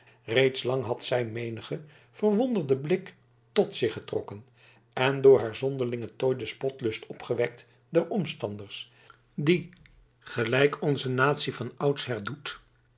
reeds lang had zij menigen verwonderden blik tot zich getrokken en door haar zonderlingen tooi den spotlust opgewekt der omstanders die gelijk onze natie van oudsher doet